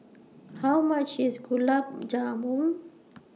How much IS Gulab Jamun